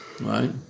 right